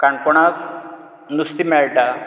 काणकोणांत नुस्तें मेळटा